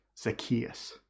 Zacchaeus